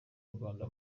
nyarwanda